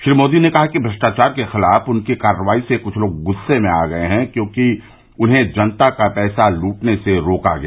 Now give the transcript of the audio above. श्री मोदी ने कहा कि भ्रष्टाचार के खिलाफ उनकी कार्रवाई से कुछ लोग गुस्से में आ गये हैं क्योंकि उन्हें जनता का पैसा लूटने से रोका गया